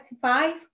five